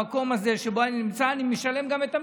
במקום הזה שבו אני נמצא אני משלם גם את המחיר.